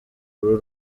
uru